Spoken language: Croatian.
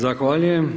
Zahvaljujem.